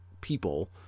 people